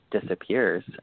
disappears